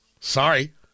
Sorry